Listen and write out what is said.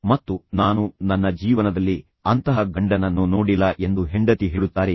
ಮತ್ತು ನಾನು ನನ್ನ ಜೀವನದಲ್ಲಿ ಅಂತಹ ಗಂಡನನ್ನು ನೋಡಿಲ್ಲ ಎಂದು ಹೆಂಡತಿ ಹೇಳುತ್ತಾರೆಯೇ